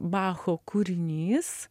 bacho kūrinys